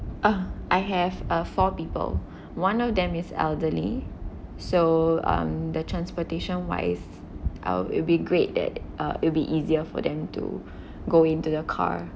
uh I have uh four people one of them is elderly so um the transportation wise I'll it'll be great that uh it'll be easier for them to go into the car